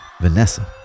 Vanessa